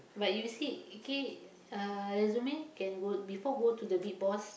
but you see K uh resume can go before go to the big boss